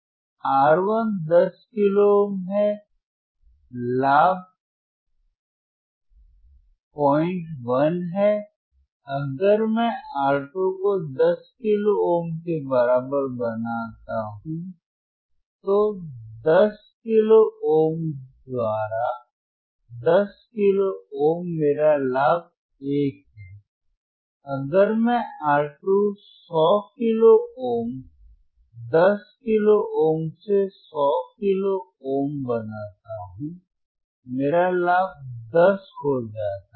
R1 10 kilo ohm है लाभ 01 है अगर मैं R2 को 10 किलो ओम के बराबर बनाता हूं तो 10 किलो ओम द्वारा 10 किलो ओम मेरा लाभ 1 है अगर मैं R2 100 kilo ohm 10 kilo ohm से 100 किलो ओम बनाता हूं मेरा लाभ 10 हो जाता है